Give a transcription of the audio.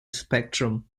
spectrum